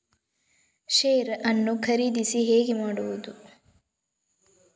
Share ನ್ನು ಖರೀದಿ ಹೇಗೆ ಮಾಡುವುದು?